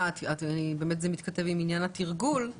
באמת זה מתכתב עם עניין התרגול.